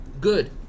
Good